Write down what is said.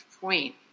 point